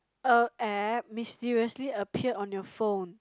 a app mysteriously appear on your phone